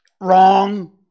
wrong